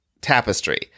tapestry